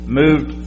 moved